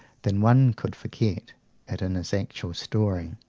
than one could forget it in his actual story.